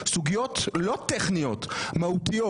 סוגיות לא טכניות אלא מהותיות.